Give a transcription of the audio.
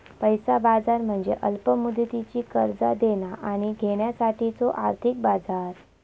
पैसा बाजार म्हणजे अल्प मुदतीची कर्जा देणा आणि घेण्यासाठीचो आर्थिक बाजार